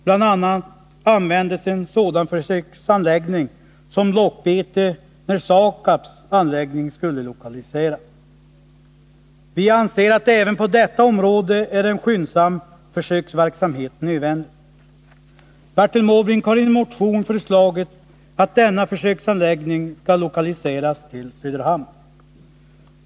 En sådan försöksanläggning användes bl.a. som lockbete när Sakabs anläggning skulle lokaliseras. Vi anser att en skyndsam försöksverksamhet även på detta område är nödvändig. Bertil Måbrink har i en motion föreslagit att denna försöksanläggning skall lokaliseras till Söderhamn.